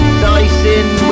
dicing